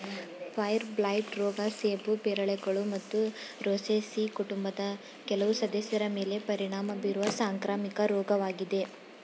fire blight ರೋಗ ಸೇಬು ಪೇರಳೆಗಳು ಮತ್ತು ರೋಸೇಸಿ ಕುಟುಂಬದ ಕೆಲವು ಸದಸ್ಯರ ಮೇಲೆ ಪರಿಣಾಮ ಬೀರುವ ಸಾಂಕ್ರಾಮಿಕ ರೋಗವಾಗಿದೆ